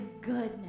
goodness